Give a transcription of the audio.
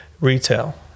retail